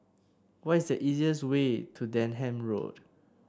what is the easiest way to Denham Road